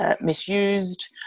misused